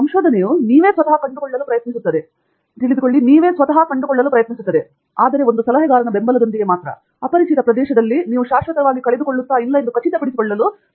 ಸಂಶೋಧನೆಯು ನೀವೇ ಸ್ವತಃ ಕಂಡುಕೊಳ್ಳಲು ಪ್ರಯತ್ನಿಸುತ್ತಿದೆ ಆದರೆ ಒಂದು ಸಲಹಾಕಾರನ ಬೆಂಬಲದೊಂದಿಗೆ ಅಪರಿಚಿತ ಪ್ರದೇಶಗಳಲ್ಲಿ ನೀವು ಶಾಶ್ವತವಾಗಿ ಕಳೆದುಕೊಳ್ಳುವುದಿಲ್ಲ ಎಂದು ಖಚಿತಪಡಿಸಿಕೊಳ್ಳುವರು